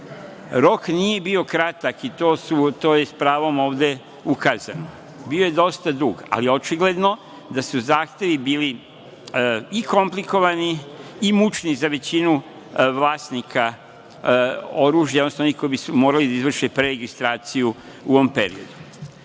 nije bio kratak i to je s pravom ovde ukazano. Bio je dosta dug, ali očigledno da su zahtevi bili i komplikovani i mučni za većinu vlasnika oružja, odnosno onih koji bi morali da izvrše preregistraciju u ovom periodu.